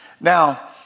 now